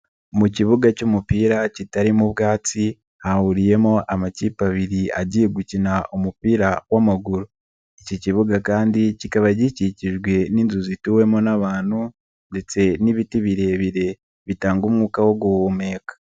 Mu kibuga cy'umupira kitarimo ubwatsi hahuriyemo amakipe abiri agiye gukina umupira w'amaguru, iki kibuga kandi kikaba gikikijwe n'inzu zituwemo n'abantu ndetse n'ibiti birebire bitanga umwuka wo guhumeka.